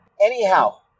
Anyhow